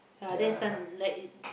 ah then sun like